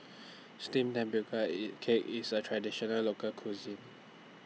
Steamed Tapioca IT Cake IS A Traditional Local Cuisine